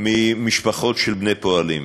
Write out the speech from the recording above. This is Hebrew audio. ממשפחות של בני פועלים: